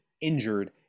injured